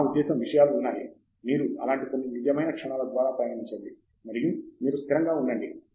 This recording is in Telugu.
నా ఉద్దేశ్యం విషయాలు ఉన్నాయి మీరు అలాంటి కొన్ని నిజమైన క్షణాల ద్వారా పయనించండి మరియు మీరు సిద్ధంగా ఉండండి